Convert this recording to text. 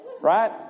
Right